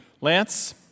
Lance